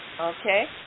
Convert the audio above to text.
okay